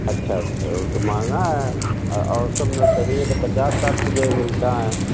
अच्छा अच्छा वह तो महँगा है और और सब नर्सरी में तो पचास साठ रुपये में मिलता है